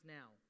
now